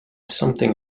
something